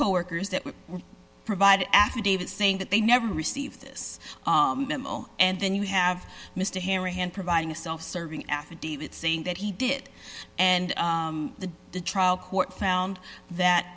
coworkers that were provided affidavit saying that they never received this memo and then you have mr hammer hand providing a self serving affidavit saying that he did and the the trial court found that